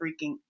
freaking